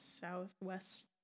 southwest